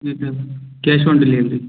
ji sir cash on delivery